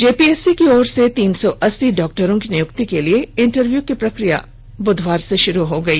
JPSC की ओर से तीन सौ अस्सी डॉक्टरों की नियुक्ति के लिए इंटरव्यू की प्रक्रिया बुधवार से शुरू हो गई